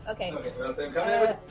Okay